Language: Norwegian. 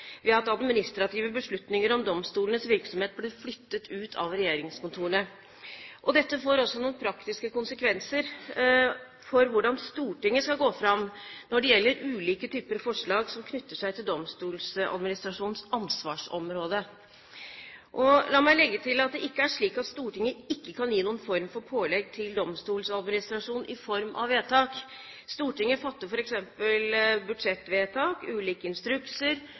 administrative beslutninger om domstolenes virksomhet ble flyttet ut av regjeringskontorene. Dette får altså noen praktiske konsekvenser for hvordan Stortinget skal gå fram når det gjelder ulike typer forslag som knytter seg til Domstoladministrasjonens ansvarsområde. La meg legge til at det ikke er slik at Stortinget ikke kan gi noen form for pålegg til Domstoladministrasjonen i form av vedtak. Stortinget fatter f.eks. budsjettvedtak og ulike instrukser